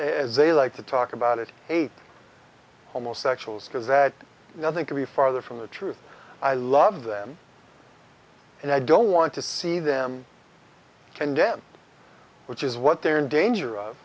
as they like to talk about it hate homosexuals because that nothing could be farther from the truth i love them and i don't want to see them condemn which is what they're in danger of